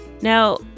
Now